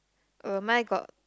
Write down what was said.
uh mine got